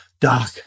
doc